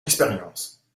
expérience